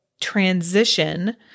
transition